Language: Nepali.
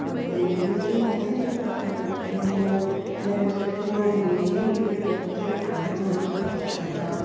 अनि यो चाहिँ म सिम्पल प्रकारले गर्छु म ज्यादा जस्तो चाहिँ नन भेजै प्रिफर गर्छु खानुमा है अन्त